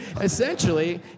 Essentially